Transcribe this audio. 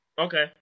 Okay